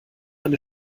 eine